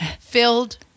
filled